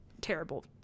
terrible